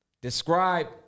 Describe